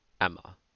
Emma